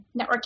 networking